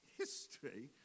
history